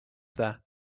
there